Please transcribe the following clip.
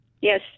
Yes